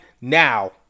now